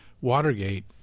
Watergate